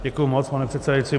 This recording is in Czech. Děkuji moc, pane předsedající.